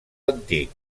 antic